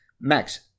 Max